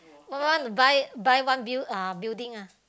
want to buy buy one build uh building ah